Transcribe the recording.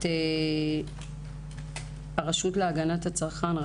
את הרשות להגנת הצרכן,